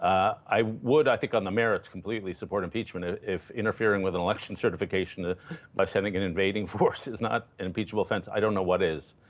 i i would, i think, on the merits completely support impeachment. if interfering with an election certification by sending an invading force is not an impeachable offense, i don't know what is.